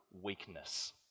weakness